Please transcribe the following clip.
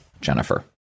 Jennifer